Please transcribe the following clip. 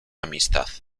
amistad